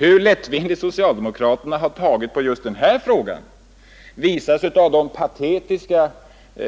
Hur lättvindigt socialdemokraterna har tagit på just denna fråga visar sig av de patetiska